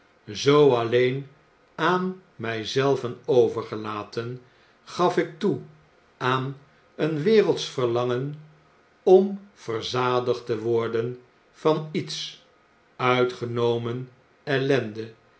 zoo alleen aan my zelven overgelaten gaf ik toe aan een wereldsch verlangen om verzadigd te worden van iets uitgenomen